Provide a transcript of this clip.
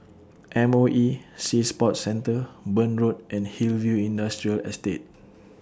M O E Sea Sports Centre Burn Road and Hillview Industrial Estate